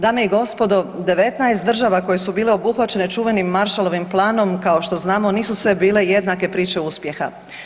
Dame i gospodo 19 država koje su bile obuhvaćene čuvenim maršalovim planom kao što znamo nisu sve bile jednake priče uspjeha.